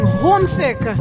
homesick